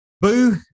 Boo